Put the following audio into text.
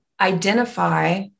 identify